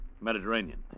Mediterranean